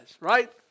right